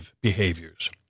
behaviors